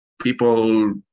people